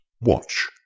watch